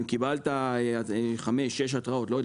לראות אם קיבלת חמש-שש התראות ואני לא יודע